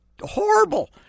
horrible